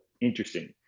interesting